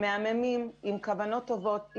מהממים ובעלי כוונות טובות.